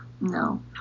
No